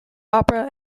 opera